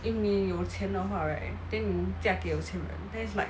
if 你有钱的话 right then 你嫁给有钱人 then is like